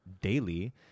daily